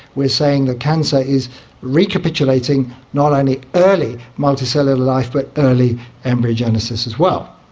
we're saying that cancer is recapitulating not only early multicellular life but early embryogenesis as well.